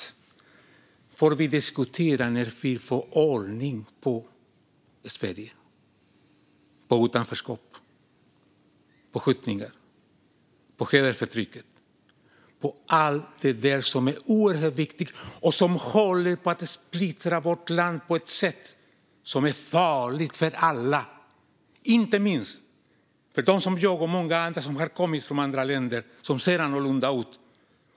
Det får vi diskutera när vi får ordning på Sverige med utanförskap, skjutningar, hedersförtrycket och allt det som är oerhört viktigt. Det håller på att splittra vårt land på ett sätt som är farligt för alla. Det gäller inte minst för sådana som jag och många andra som har kommit från andra länder och ser annorlunda ut.